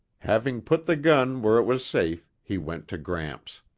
having put the gun where it was safe, he went to gramps.